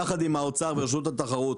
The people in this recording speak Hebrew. יחד עם האוצר ורשות התחרות,